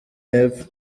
y’epfo